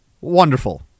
Wonderful